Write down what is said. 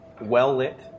well-lit